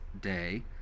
day